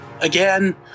Again